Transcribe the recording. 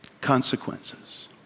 Consequences